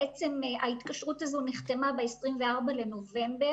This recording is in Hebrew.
ההתקשרות הזאת נחתמה ב-24 לנובמבר.